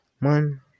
man